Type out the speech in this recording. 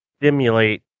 stimulate